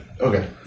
okay